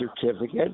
certificate